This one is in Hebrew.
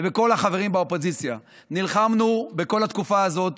וכל החברים באופוזיציה נלחמנו בכל התקופה הזאת